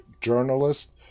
journalist